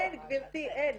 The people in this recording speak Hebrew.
אין גבירתי, אין.